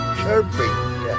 chirping